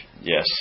Yes